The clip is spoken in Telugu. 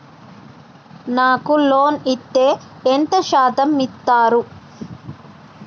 నాకు లోన్ ఇత్తే ఎంత శాతం ఇత్తరు?